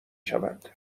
شود